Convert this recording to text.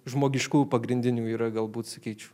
žmogiškųjų pagrindinių yra galbūt sakyčiau